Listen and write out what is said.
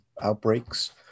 outbreaks